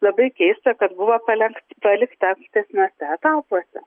labai keista kad buvo palenkt palikta ankstesniuose etapuose